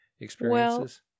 experiences